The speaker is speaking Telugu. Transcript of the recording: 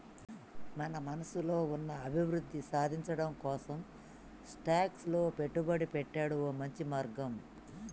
మన మనసులో ఉన్న అభివృద్ధి సాధించటం కోసం స్టాక్స్ లో పెట్టుబడి పెట్టాడు ఓ మంచి మార్గం